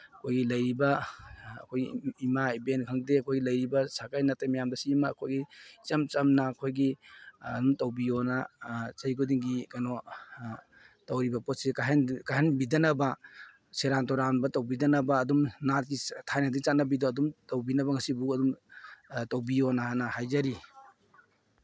ꯑꯩꯈꯣꯏꯒꯤ ꯂꯩꯔꯤꯕ ꯑꯩꯈꯣꯏ ꯏꯃꯥ ꯏꯕꯦꯟ ꯈꯪꯗꯦ ꯑꯩꯈꯣꯏ ꯂꯩꯔꯤꯕ ꯁꯥꯒꯩ ꯅꯥꯇꯩ ꯃꯌꯥꯝꯗꯁꯤꯃ ꯑꯩꯈꯣꯏ ꯏꯆꯝ ꯆꯝꯅ ꯑꯩꯈꯣꯏꯒꯤ ꯑꯗꯨꯝ ꯇꯧꯕꯤꯌꯣꯅ ꯆꯍꯤ ꯈꯨꯗꯤꯡꯒꯤ ꯀꯩꯅꯣ ꯇꯧꯔꯤꯕ ꯄꯣꯠꯁꯦ ꯀꯥꯏꯍꯟꯕꯤꯗꯅꯕ ꯁꯦꯔꯥꯟ ꯇꯨꯔꯥꯟꯕ ꯇꯧꯕꯤꯗꯅꯕ ꯑꯗꯨꯝ ꯅꯥꯠꯀꯤ ꯊꯥꯏꯅꯗꯒꯤ ꯆꯠꯅꯕꯤꯗꯣ ꯑꯗꯨꯝ ꯇꯧꯕꯤꯅꯕ ꯉꯁꯤꯕꯨꯛ ꯑꯗꯨꯝ ꯇꯧꯕꯤꯌꯣꯅ ꯍꯥꯏꯖꯔꯤ